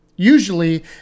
Usually